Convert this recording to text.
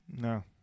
No